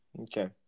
Okay